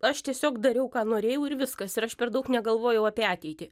aš tiesiog dariau ką norėjau ir viskas ir aš per daug negalvojau apie ateitį